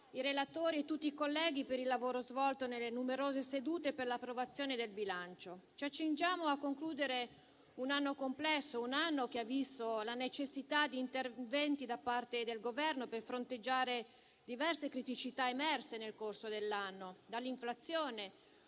i relatori e tutti i colleghi per il lavoro svolto nelle numerose sedute per l'approvazione del bilancio. Ci accingiamo a concludere un anno complesso, che ha visto la necessità di interventi da parte del Governo per fronteggiare diverse criticità emerse nel corso dell'anno. Pensiamo,